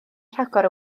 rhagor